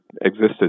existed